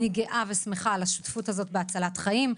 אני גאה ושמחה על השותפות הזאת בהצלת חיים.